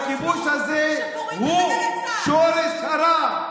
היום הרג ארבעה אנשים, והכיבוש הזה הוא שורש הרע.